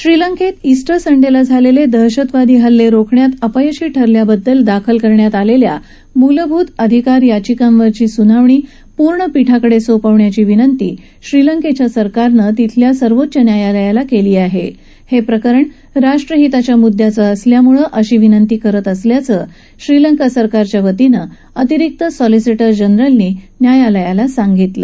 श्रीलंकेत इस्टर संडेला झालेले दहशतवादी हल्ले रोखण्यात अपयशी ठरल्याबद्दल दाखल करण्यात आलेल्या मूलभूत अधिकार याचिकांवरची स्नावणी पूर्ण पीठाकडे सोपवण्याची विनंती श्रीलंकेच्या सरकारने सर्वोच्च न्यायालयाला केली आहे हे प्रकरण राष्ट्रहीताच्या म्द्द्याचं असल्याम्ळे अशी विंनती करत असल्याचं श्रीलंका सरकारच्या वतीने अतिरिक्त सॉलिसिटर जनरल यांनी न्यायालयाला सांगितलं